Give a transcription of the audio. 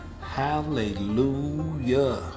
Hallelujah